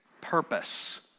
purpose